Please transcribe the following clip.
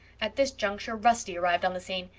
at this juncture rusty arrived on the scene.